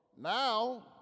Now